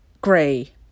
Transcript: gray